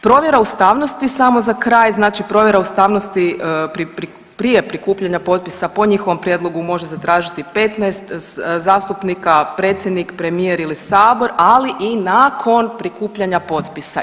Provjera ustavnosti samo za kraj, znači provjera ustavnosti prije prikupljanja potpisa po njihovom prijedlogu može zatražiti 15 zastupnika, predsjednik, premijer ili sabor, ali i nakon prikupljanja potpisa.